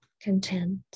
content